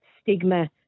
stigma